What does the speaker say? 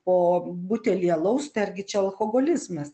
po butelį alaus tai argi čia alkoholizmas